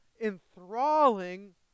enthralling